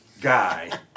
guy